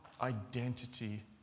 identity